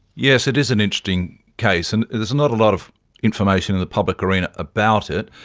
yes, it is an interesting case, and there's not a lot of information in the public arena about it,